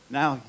now